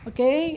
Okay